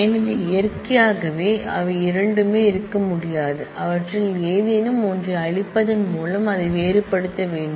எனவே நேச்சுரலி அவை இரண்டுமே இருக்க முடியாது அவற்றில் ஏதேனும் ஒன்றை டெலீட் செய்வதன் மூலம் அதை வேறுபடுத்த வேண்டும்